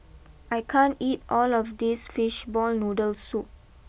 I can't eat all of this Fish Ball Noodle Soup